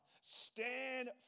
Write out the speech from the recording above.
stand